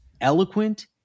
Eloquent